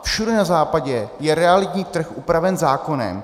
Všude na západě je realitní trh upraven zákonem.